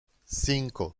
cinco